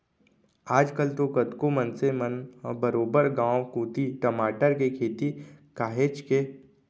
आज कल तो कतको मनसे मन ह बरोबर गांव कोती टमाटर के खेती काहेच के